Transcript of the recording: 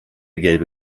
gelbe